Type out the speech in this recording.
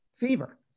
fever